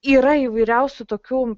yra įvairiausių tokių